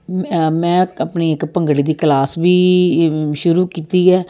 ਮੈਂ ਮੈਂ ਆਪਣੀ ਇੱਕ ਭੰਗੜੇ ਦੀ ਕਲਾਸ ਵੀ ਸ਼ੁਰੂ ਕੀਤੀ ਹੈ